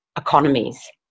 economies